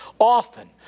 Often